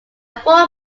four